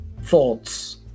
thoughts